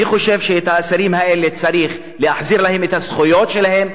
אני חושב שצריך להחזיר לאסירים האלה את הזכויות שלהם.